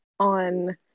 on